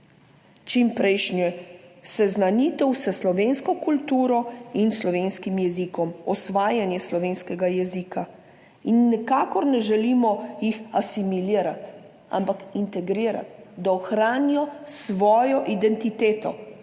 čimprejšnjo seznanitev s slovensko kulturo in slovenskim jezikom, usvajanje slovenskega jezika. Nikakor jih ne želimo asimilirati, ampak integrirati, da ohranijo svojo identiteto